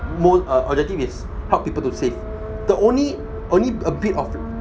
mo~ um objective is help people to save the only only a bit of